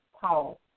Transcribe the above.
Paul